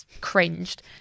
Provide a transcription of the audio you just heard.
cringed